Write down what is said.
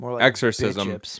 exorcism